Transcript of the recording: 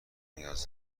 نیاز